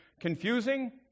confusing